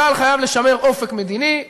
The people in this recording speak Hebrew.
צה"ל חייב לשמר אופק מדיני,